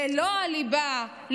ללא הליבה,